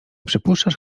przypuszczasz